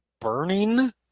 burning